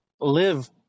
Live